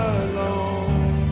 alone